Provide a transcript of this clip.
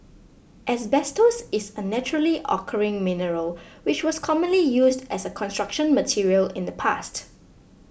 asbestos is a naturally occurring mineral which was commonly used as a Construction Material in the past